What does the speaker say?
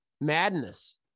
Madness